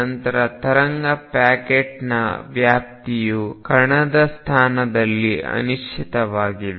ನಂತರ ತರಂಗ ಪ್ಯಾಕೆಟ್ನ ವ್ಯಾಪ್ತಿಯು ಕಣದ ಸ್ಥಾನದಲ್ಲಿನ ಅನಿಶ್ಚಿತವಾಗಿದೆ